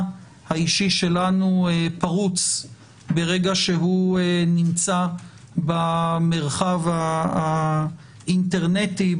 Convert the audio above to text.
האישי שלנו פרוץ ברגע שהוא נמצא במרחב האינטרנטי,